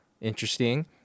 interesting